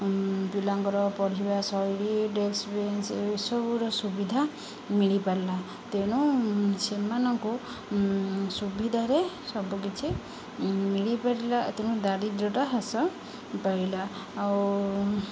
ପିଲାଙ୍କର ପଢ଼ିବା ଶୈଳୀ ଡେସ୍କ ବେଞ୍ଚ ଏସବୁର ସୁବିଧା ମିଳିପାରିଲା ତେଣୁ ସେମାନଙ୍କୁ ସୁବିଧାରେ ସବୁକିଛି ମିଳିପାରିଲା ତେଣୁ ଦାରିଦ୍ୟଟା ହ୍ରାସ ପାଇଲା ଆଉ